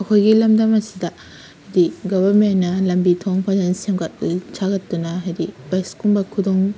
ꯑꯩꯈꯣꯏꯒꯤ ꯂꯝꯗꯝ ꯑꯁꯤꯗ ꯗꯤ ꯒꯚꯔꯟꯃꯦꯟꯅ ꯂꯝꯕꯤ ꯊꯣꯡ ꯐꯖꯅ ꯁꯦꯝꯒꯠ ꯁꯥꯒꯠꯇꯨꯅ ꯍꯥꯏꯗꯤ ꯕꯁꯀꯨꯝꯕ ꯈꯨꯗꯣꯡ